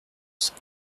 cent